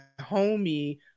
homie